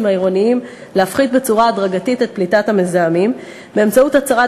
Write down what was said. העירוניים להפחית בהדרגה את פליטת המזהמים באמצעות הצערת